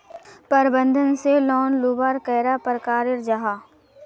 प्रबंधन से लोन लुबार कैडा प्रकारेर जाहा?